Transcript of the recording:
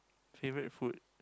favorite food